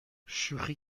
شوخی